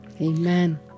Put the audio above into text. Amen।